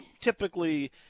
typically